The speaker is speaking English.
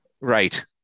Right